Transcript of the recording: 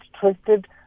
twisted